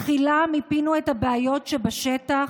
תחילה מיפינו את הבעיות שבשטח,